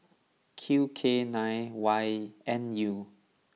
Q K nine Y N U